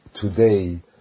today